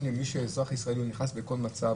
שמי שהוא אזרח ישראלי נכנס בכל מצב,